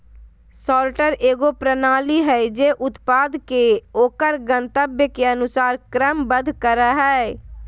sorter एगो प्रणाली हइ जे उत्पाद के ओकर गंतव्य के अनुसार क्रमबद्ध करय हइ